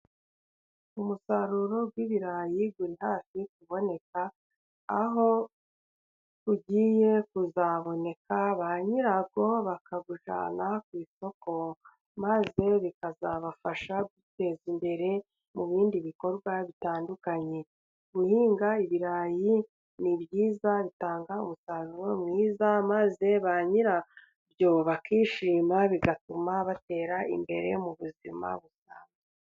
Umusaruro w'ibirayi uri hafi kuboneka, aho ugiye kuzaboneka, ba nyirabwo bakawujyana ku isoko, maze bikazabafasha kwiteza imbere mu bindi bikorwa bitandukanye. Guhinga ibirayi ni byiza bitanga umusaruro mwiza maze ba nyira byo bakishima bigatuma batera imbere mu buzima bwabo.